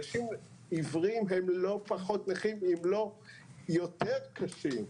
אנשים עיוורים הם לא פחות נכים, אם לא יותר קשה.